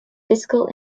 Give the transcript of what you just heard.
fiscal